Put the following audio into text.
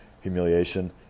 humiliation